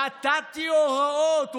נתתי הוראות,